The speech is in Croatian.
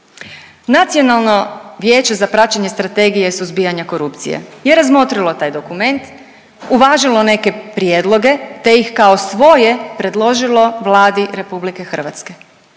Nacionalno vijeće za praćenje strategije suzbijanja korupcije je razmotrilo taj dokument, uvažilo neke prijedloge te ih kao svoje predložilo Vladi RH, ali kao